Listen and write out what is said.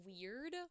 weird